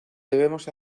debemos